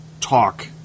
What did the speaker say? talk